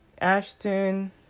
ashton